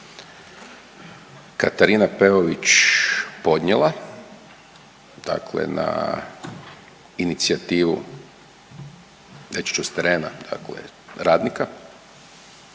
Katarina Peović podnijela na inicijativu reći ću s terena dakle